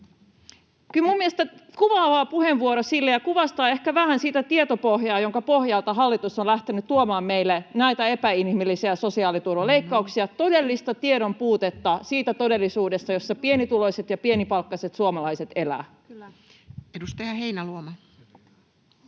minun mielestäni kuvaava puheenvuoro ja kuvastaa ehkä vähän sitä tietopohjaa, jonka pohjalta hallitus on lähtenyt tuomaan meille näitä epäinhimillisiä sosiaaliturvaleikkauksia — todellista tiedon puutetta siitä todellisuudesta, jossa pienituloiset ja pienipalkkaiset suomalaiset elävät. [Speech 134]